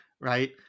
Right